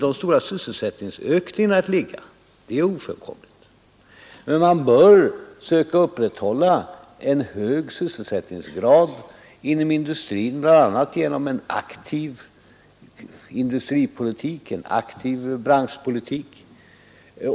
De stora sysselsättningsökningarna kommer kanske inte att ligga inom den sektorn — det är ett ofrånkomligt faktum — men man bör söka upprätthålla en hög sysselsättningsgrad inom industrin, bl.a. genom en aktiv industripolitik och branschpolitik.